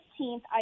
15th